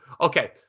Okay